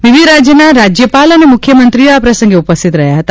વિવિધ રાજ્યના રાજ્યપાલ અને મુખ્યમંત્રીઓ આ પ્રસંગે ઉપસ્થિત રહ્યા હતા